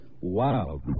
Wow